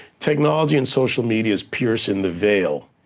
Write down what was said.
technology and social media is piercing the veil.